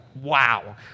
wow